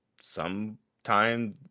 sometime